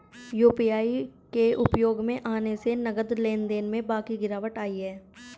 UPI के उपयोग में आने से नगद लेन देन में काफी गिरावट आई हैं